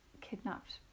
kidnapped